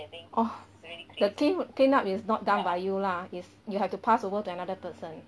oh the clean clean up is not done by you lah it's you have to pass over to another person